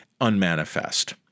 unmanifest